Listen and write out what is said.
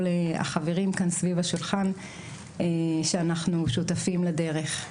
החברים כאן סביב השולחן שאנחנו שותפים לדרך.